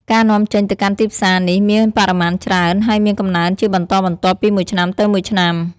ការនាំចេញទៅកាន់ទីផ្សារនេះមានបរិមាណច្រើន ហើយមានកំណើនជាបន្តបន្ទាប់ពីមួយឆ្នាំទៅមួយឆ្នាំ។